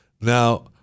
Now